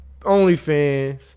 OnlyFans